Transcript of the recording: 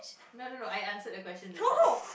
no no no I answered the question just now